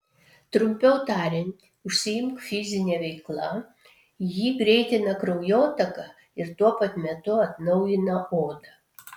trumpiau tariant užsiimk fizine veikla ji greitina kraujotaką ir tuo pat metu atnaujina odą